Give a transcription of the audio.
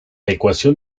ecuación